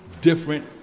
different